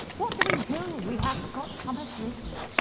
what do we do? we haven't got thomas wriothesley.